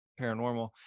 paranormal